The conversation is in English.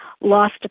lost